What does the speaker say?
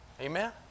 Amen